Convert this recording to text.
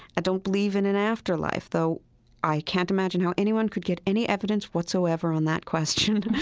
i don't believe in an afterlife, though i can't imagine how anyone could get any evidence whatsoever on that question.